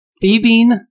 thieving